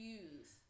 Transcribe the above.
use